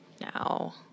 now